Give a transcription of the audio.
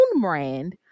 brand